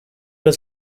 was